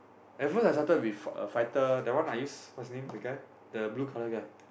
at first I started with f~ fighter that I one use what's his name the guy the blue colour guy